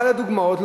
אחת הדוגמאות,